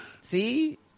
See